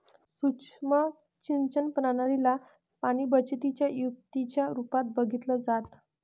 सुक्ष्म सिंचन प्रणाली ला पाणीबचतीच्या युक्तीच्या रूपात बघितलं जातं